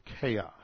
chaos